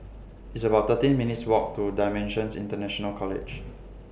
It's about thirteen minutes' Walk to DImensions International College